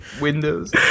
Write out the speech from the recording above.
windows